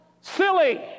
silly